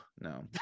no